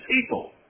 people